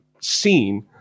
scene